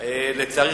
לצערי,